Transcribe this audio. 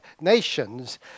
nations